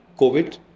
COVID